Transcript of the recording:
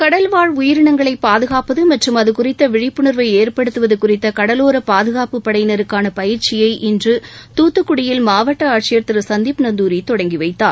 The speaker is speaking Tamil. கடல்வாழ் உயிரினங்களை பாதுகாப்பது மற்றும் அதுகுறித்த விழிப்புணர்வை ஏற்படுத்துவது சுறித்த கடலோரப் பாதுகாப்புப் படையினருக்கான பயிற்சியை இன்று தூத்துக்குடியில் மாவட்ட ஆட்சியர் திரு சந்தீப் நந்தாரி தொடங்கிவைத்தார்